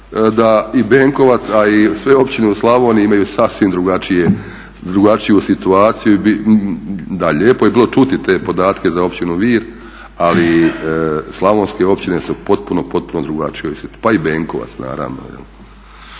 da i Benkovac a i sve općine u Slavoniji imaju sasvim drugačiju situaciju. Da, lijepo je bilo čuti te podatke za Općinu Vir, ali slavonske općine su u potpuno, potpuno drugačijoj situaciji, pa i Benkovac naravno.